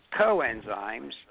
coenzymes